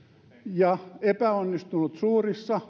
ja epäonnistunut suurissa